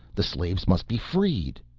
the slaves must be freed.